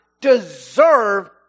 deserve